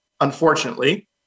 unfortunately